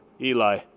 Eli